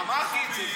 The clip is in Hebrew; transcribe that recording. אמרתי את זה.